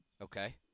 Okay